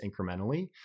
incrementally